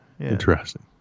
Interesting